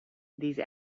these